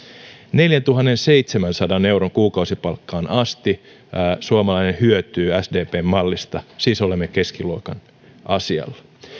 neljäntuhannenseitsemänsadan euron kuukausipalkkaan asti suomalainen hyötyy sdpn mallista siis olemme keskiluokan asialla